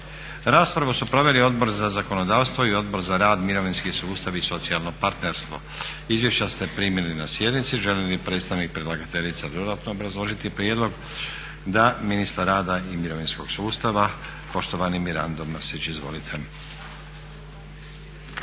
Raspravu su proveli Odbor za zakonodavstvo i Odbor za rad, mirovinski sustav i socijalno partnerstvo. Izvješća ste primili na sjednici. Želi li predstavnik predlagateljice dodatno obrazložiti prijedlog? Da. Ministar rada i mirovinskog sustava, poštovani Mirando Mrsić, izvolite.